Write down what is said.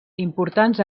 importants